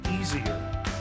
easier